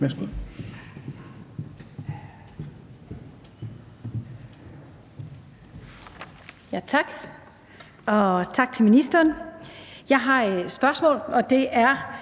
Tak, og tak til ministeren. Jeg har et spørgsmål, og det er: